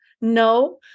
No